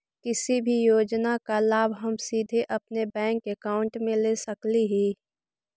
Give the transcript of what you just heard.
किसी भी योजना का लाभ हम सीधे अपने बैंक अकाउंट में ले सकली ही?